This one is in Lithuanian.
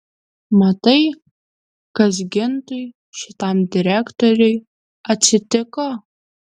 matai kas gintui šitam direktoriui atsitiko